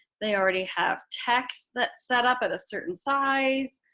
they already have text that's set up at a certain size,